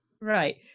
right